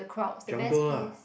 jungle lah